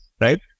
right